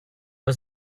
was